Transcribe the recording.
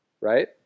right